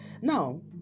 Now